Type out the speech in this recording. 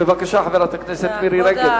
בבקשה, חברת הכנסת מירי רגב.